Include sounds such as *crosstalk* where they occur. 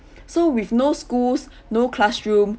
*breath* so with no schools *breath* no classroom